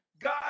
God